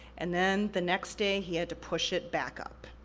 and then the next day, he had to push it back up.